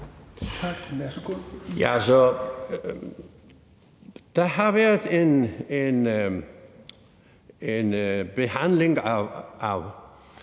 Altså, der har været en behandling af